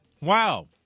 wow